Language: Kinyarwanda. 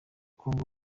nguko